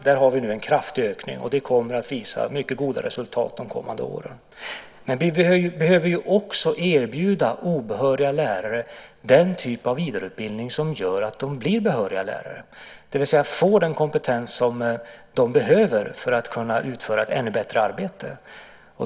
Där har vi nu en kraftig ökning, och det kommer att visa mycket goda resultat de kommande åren. Men vi behöver också erbjuda obehöriga lärare den typ av vidareutbildning som gör att de blir behöriga lärare, det vill säga att de får den kompetens de behöver för att kunna utföra ett ännu bättre arbete.